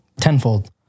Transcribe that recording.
Tenfold